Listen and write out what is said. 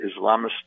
Islamist